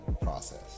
process